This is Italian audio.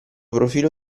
profilo